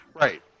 Right